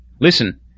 Listen